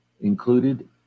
Included